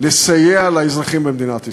לסייע לאזרחים במדינת ישראל.